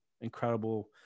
incredible